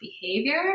behavior